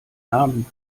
namen